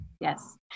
Yes